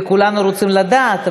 וכולנו רוצים לדעת,